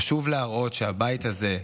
חשוב להראות שהבית הזה,